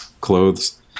clothes